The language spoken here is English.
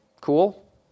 cool